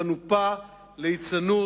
חנופה, ליצנות,